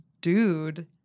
dude